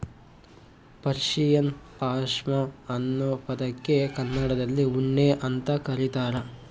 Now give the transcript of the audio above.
Persian ಪಾಷ್ಮಾ ಅನ್ನೋ ಪದಕ್ಕೆ ಕನ್ನಡದಲ್ಲಿ ಉಣ್ಣೆ ಅಂತ ಕರೀತಾರ